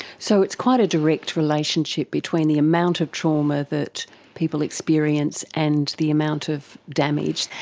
so it's quite a direct relationship between the amount of trauma that people experience and the amount of damage.